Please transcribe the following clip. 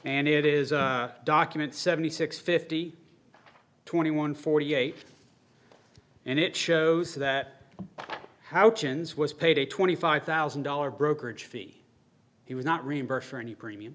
and it is a document seventy six fifty twenty one forty eight and it shows that houghton's was paid a twenty five thousand dollars brokerage fee he was not reimbursed for any premium